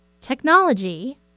technology